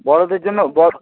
বড়দের জন্য বড়